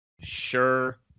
Sure